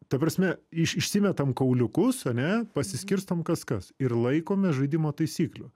ta prasme iš išsimetam kauliukus ane pasiskirstom kas kas ir laikomės žaidimo taisyklių